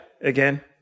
Again